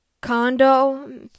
condo